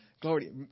Glory